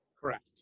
Correct